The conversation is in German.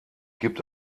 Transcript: gibt